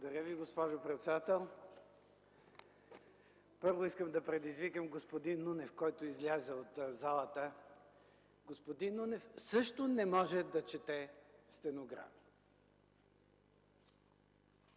Благодаря Ви, госпожо председател. Първо, искам да предизвикам господин Нунев, който излезе от залата – господин Нунев също не може да чете стенограми.